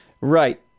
Right